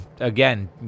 again